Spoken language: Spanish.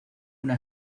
una